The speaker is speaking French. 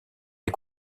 des